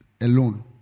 alone